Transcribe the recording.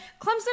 Clemson